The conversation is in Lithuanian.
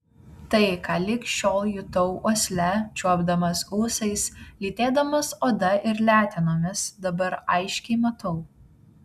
tai ką lig šiol jutau uosle čiuopdamas ūsais lytėdamas oda ir letenomis dabar aiškiai matau